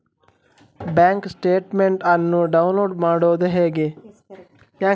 Bank statement ಅನ್ನು download ಮಾಡುವುದು ಹೇಗೆ?